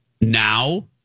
now